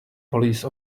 police